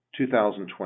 2020